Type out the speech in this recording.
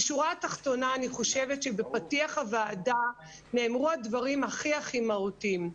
בשורה התחתונה אני חושבת שבפתיח הוועדה נאמרו הדברים הכי מהותיים.